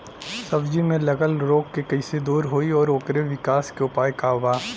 सब्जी में लगल रोग के कइसे दूर होयी और ओकरे विकास के उपाय का बा?